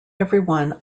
everyone